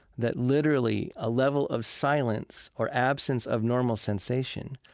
that literally a level of silence or absence of normal sensation,